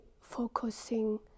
focusing